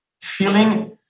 feeling